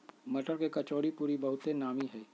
मट्टर के कचौरीपूरी बहुते नामि हइ